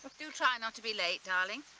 do try not to be late, darling.